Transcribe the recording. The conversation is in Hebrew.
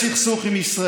לסיים את הסכסוך עם ישראל.